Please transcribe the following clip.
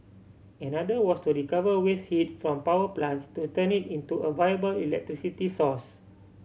another was to recover waste heat from power plants to turn it into a viable electricity source